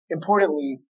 Importantly